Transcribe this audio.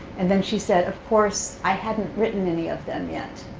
and then she said, of course, i hadn't written any of them yet.